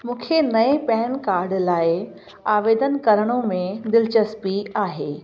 मूंखे नए PAN card लाइ आवेदन करण में दिलचस्पी आहे